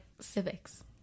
civics